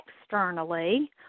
externally